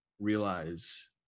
realize